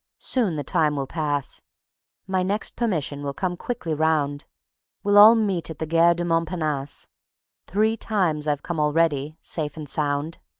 soon the time will pass my next permission will come quickly round we'll all meet at the gare du montparnasse three times i've come already, safe and sound.